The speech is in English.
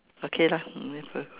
okay lah whatever